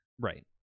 Right